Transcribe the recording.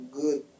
good